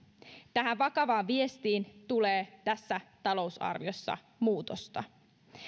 tähän vakavaan viestiin tulee tässä talousarviossa muutosta